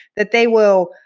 that they will